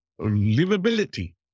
livability